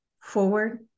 forward